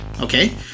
Okay